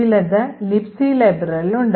ചിലത് libc ലൈബ്രറിയിൽ ഉണ്ട്